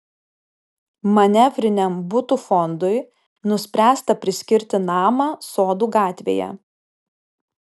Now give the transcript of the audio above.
manevriniam butų fondui nuspręsta priskirti namą sodų gatvėje